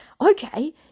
okay